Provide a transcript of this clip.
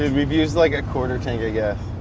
and we've used like a quarter tank yeah